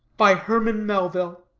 by herman melville,